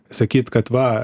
sakyt kad va